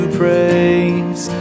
praise